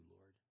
Lord